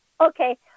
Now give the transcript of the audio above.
Okay